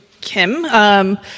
Kim